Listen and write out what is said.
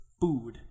food